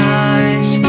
eyes